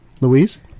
Louise